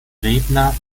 redner